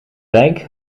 rijk